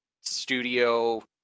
studio